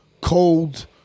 cold